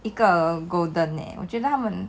一个 golden leh 我觉得他们